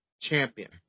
champion